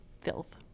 filth